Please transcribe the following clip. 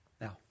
Now